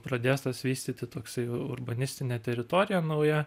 pradėstas vystyti toksai urbanistinė teritorija nauja